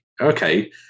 okay